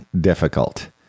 difficult